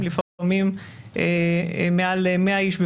זה גם מייצר סיכון לכלכלה